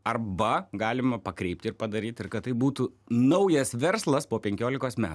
arba galima pakreipti ir padaryt ir kad tai būtų naujas verslas po penkiolikos metų